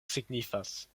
signifas